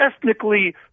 ethnically